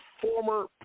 former